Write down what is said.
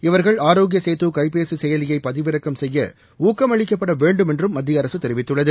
இவர்கள் ஆரோக்கிய சேது கைபேசி செயலியை பதிவிறக்கம் செய்ய ஊக்கம் அளிக்கப்பட வேண்டுமென்றும் மத்திய அரசு தெரிவித்துள்ளது